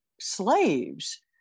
slaves